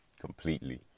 Completely